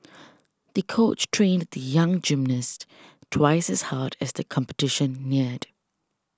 the coach trained the young gymnast twice as hard as the competition neared